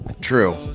true